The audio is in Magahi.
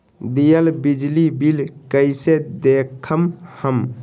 दियल बिजली बिल कइसे देखम हम?